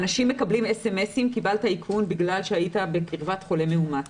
האנשים מקבלים סמ"סים: קיבלת איכון בגלל שהיית בקרבת חולה מאומת.